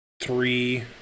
three